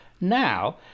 now